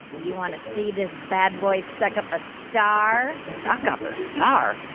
you want to see this bad boy suck up a star? suck up a star?